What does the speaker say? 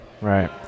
right